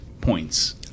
points